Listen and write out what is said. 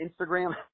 Instagram